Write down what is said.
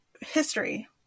history